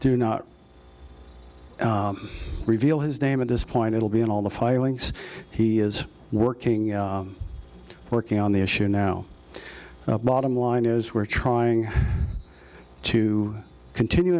do not reveal his name at this point it will be in all the filings he is working working on the issue now bottom line is we're trying to continue